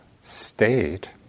state